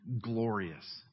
glorious